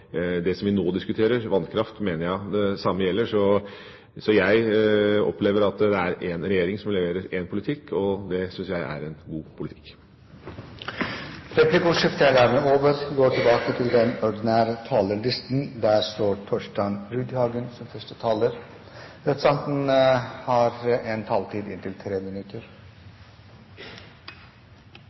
det som vi nå diskuterer, vannkraft, mener jeg det samme gjelder. Jeg opplever at det er én regjering som leverer én politikk, og det syns jeg er en god politikk. Replikkordskiftet er dermed over.